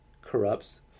corrupts